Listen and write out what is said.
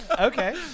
okay